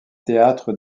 théâtre